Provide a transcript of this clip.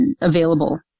available